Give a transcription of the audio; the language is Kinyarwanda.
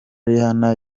rihanna